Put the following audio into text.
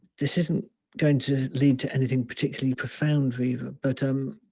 this isn't going to lead to anything particularly profound riva, but um